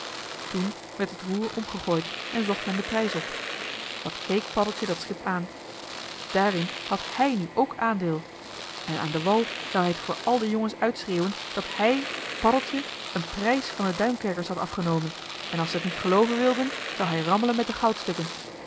toen werd het roer omgegooid en zocht men den prijs op wat keek paddeltje dat schip aan daarin had hij nu ook aandeel en aan den wal zou hij het voor al de jongens uitschreeuwen dat hij paddeltje een prijs van de duinkerkers had afgenomen en als ze t niet gelooven wilden zou hij rammelen met de